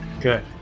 Good